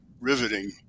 riveting